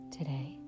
Today